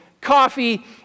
coffee